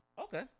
Okay